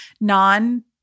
non